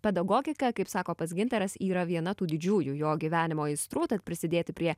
pedagogika kaip sako pats gintaras yra viena tų didžiųjų jo gyvenimo aistrų tad prisidėti prie